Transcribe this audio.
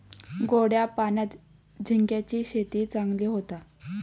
गोड्या पाण्यात झिंग्यांची शेती चांगली होता